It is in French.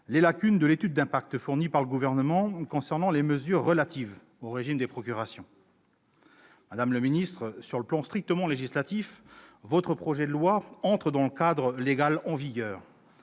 les lacunes de l'étude d'impact fournie par le Gouvernement concernant les mesures relatives au régime des procurations. Madame la ministre, sur le plan strictement législatif, votre projet de loi organique entre dans le cadre légal en vigueur.